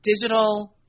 digital